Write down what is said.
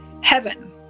heaven